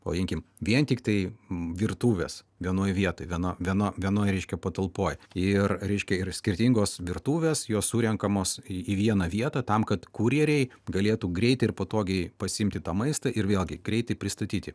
pavadinkim vien tiktai virtuvės vienoj vietoj viena viena vienoj reiškia patalpoj ir reiškia yra skirtingos virtuvės jos surenkamos į vieną vietą tam kad kurjeriai galėtų greitai ir patogiai pasiimti tą maistą ir vėlgi greitai pristatyti